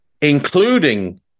including